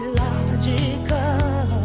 logical